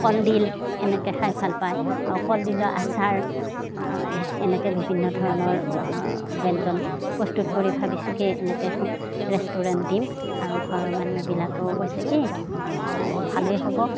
কলডিল এনেকৈ খাই ভাল পায় আৰু কলডিলৰ আচাৰ এনেকৈ বিভিন্ন ধৰণৰ ব্যঞ্জন প্ৰস্তুত কৰি ভাবিছোঁ কি এনেকৈ এখন ৰেষ্টুৰেণ্ট দিম আৰু ঘৰৰ মানুহবিলাকেও কৈছে কি ভালে হ'ব